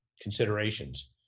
considerations